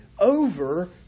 over